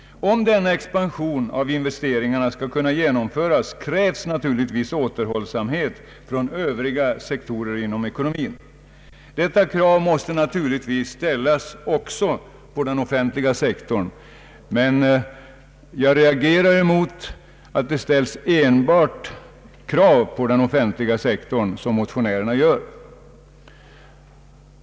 Om denna expansion av investeringarna skall kunna genomföras krävs återhållsamhet från övriga sektorer inom ekonomin. Detta krav måste naturligtvis ställas också på den offentliga sektorn, men jag reagerar emot att det ställs enbart krav på den offentliga sektorn, såsom motionärerna gör.